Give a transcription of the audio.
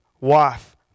wife